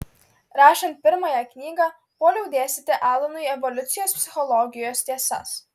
rašant pirmąją knygą puoliau dėstyti alanui evoliucijos psichologijos tiesas